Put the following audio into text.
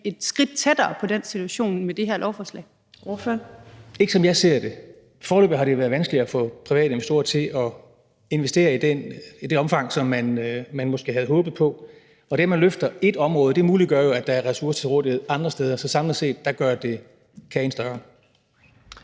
næstformand (Trine Torp): Ordføreren. Kl. 18:43 Henrik Vinther (RV): Ikke, som jeg ser det. Foreløbig har det været vanskeligt at få private investorer til at investere i det omfang, som man måske havde håbet på. Og det, at man løfter et område, muliggør jo, at der er ressourcer til rådighed andre steder. Så samlet set gør det kagen større.